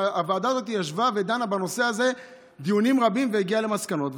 הוועדה הזאת ישבה ודנה בנושא הזה דיונים רבים והגיעה למסקנות.